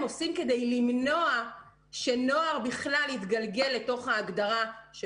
עושים כדי למנוע שנוער בכלל יתגלגל לתוך ההגדרה של